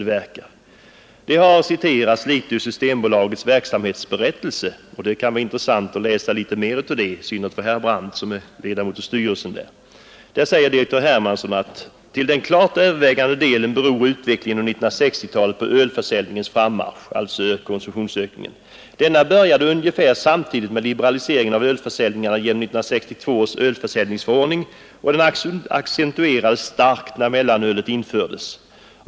Det har citerats en del från Systembolagets verksamhetsberättelse, och det kan vara intressant att läsa mer ur den, i synnerhet för herr Brandt, som är ledamot av styrelsen. Direktör Hermansson skriver bl.a. följande i verksamhetsberättelsen: ”Till den klart övervägande delen beror utvecklingen under 1960-talet på ölförsäljningens frammarsch. Denna började ungefär samtidigt med liberaliseringen av ölförsäljningen genom 1962 års ölförsäljningsförordning och den accentuerades starkt när mellanölet infördes.